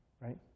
right